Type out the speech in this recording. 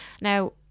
Now